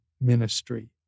Ministry